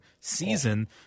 season